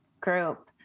group